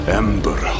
ember